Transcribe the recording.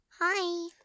Hi